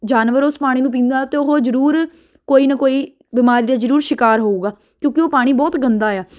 ਜਾਨਵਰ ਉਸ ਪਾਣੀ ਨੂੰ ਪੀਦਾਂ ਅਤੇ ਉਹ ਜ਼ਰੂਰ ਕੋਈ ਨਾ ਕੋਈ ਬਿਮਾਰੀ ਦਾ ਜ਼ਰੂਰ ਸ਼ਿਕਾਰ ਹੋਊਗਾ ਕਿਉਂਕਿ ਉਹ ਪਾਣੀ ਬਹੁਤ ਗੰਦਾ ਆ